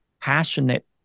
passionate